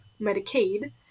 Medicaid